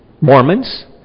Mormons